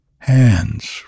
Hands